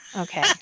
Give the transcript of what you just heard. Okay